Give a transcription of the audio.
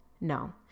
No